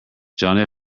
john